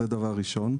זה דבר ראשון.